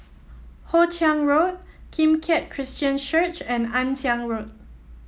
Hoe Chiang Road Kim Keat Christian Church and Ann Siang Road